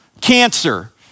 cancer